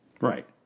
Right